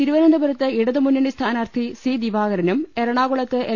തിരു വനന്തപുരത്ത് ഇടതുമുന്നണി സ്ഥാനാർത്ഥി സി ദിവാകരനും എറ ണാകുളത്ത് എൽ